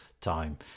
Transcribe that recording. time